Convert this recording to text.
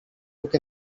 took